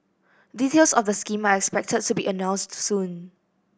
details of the scheme are expected to be announced soon